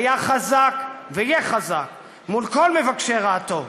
היה חזק ויהיה חזק מול כל מבקשי רעתו.